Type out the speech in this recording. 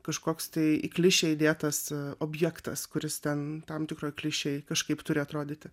kažkoks tai į klišę įdėtas objektas kuris ten tam tikroj klišėj kažkaip turi atrodyti